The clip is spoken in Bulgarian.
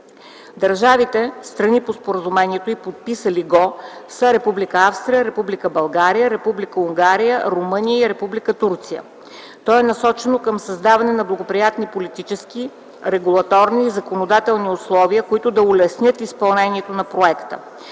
Държавите – страни по споразумението и подписали го са Република Австрия, Република България, Република Унгария, Румъния и Република Турция. То е насочено към създаване на благоприятни политически, регулаторни и законодателни условия, които да улеснят изпълнението на проекта.